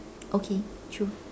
okay true